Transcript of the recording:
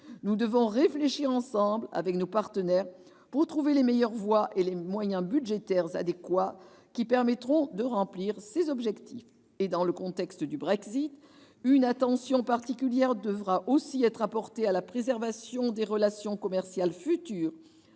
Nous devons réfléchir ensemble, avec nos partenaires, pour trouver les meilleures voies et les moyens budgétaires adéquats qui permettront de remplir ces objectifs. Dans le contexte du Brexit, une attention particulière devra aussi être portée à la préservation des relations commerciales futures